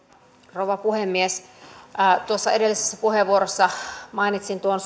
rouva puhemies tuossa edellisessä puheenvuorossani mainitsin tuon